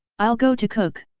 i'll go to cook!